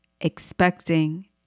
expecting